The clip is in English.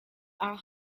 are